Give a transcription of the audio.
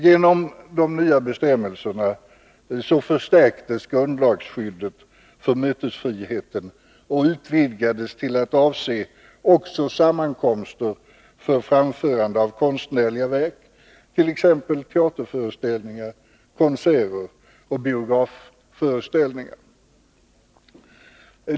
Genom de nya bestämmelserna förstärktes grundlagsskyddet för mötesfrihet och utvidgades till att avse också sammankomster för framförande av konstnärliga verk, t.ex. teaterföreställningar, konserter och biografföreställningar.